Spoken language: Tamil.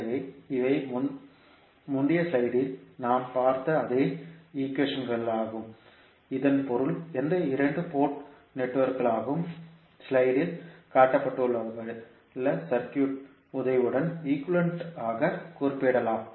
எனவே இவை முந்தைய ஸ்லைடில் நாம் பார்த்த அதே ஈக்வேஷன்களாகும் இதன் பொருள் எந்த இரண்டு போர்ட் நெட்வொர்க்கும் ஸ்லைடில் காட்டப்பட்டுள்ள சர்க்யூட் உதவியுடன் ஈக்குவேலன்ட் ஆக குறிப்பிடப்படலாம்